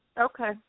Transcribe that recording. Okay